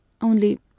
Only